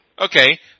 Okay